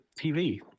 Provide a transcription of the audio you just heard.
TV